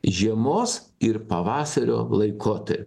žiemos ir pavasario laikotarpiu